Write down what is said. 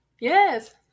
Yes